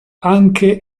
anche